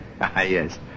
Yes